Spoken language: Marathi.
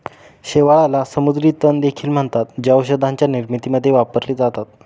शेवाळाला समुद्री तण देखील म्हणतात, जे औषधांच्या निर्मितीमध्ये वापरले जातात